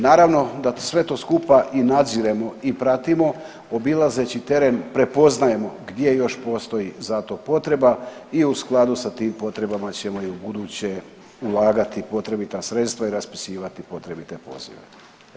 Naravno da sve to skupa i nadziremo i pratimo, obilazeći teren prepoznajemo gdje još postoji za to potreba i u skladu sa tim potrebama ćemo i ubuduće ulagati potrebita sredstva i raspisivati potrebite pozive.